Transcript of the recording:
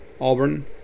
Auburn